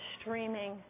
streaming